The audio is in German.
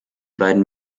beiden